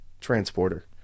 Transporter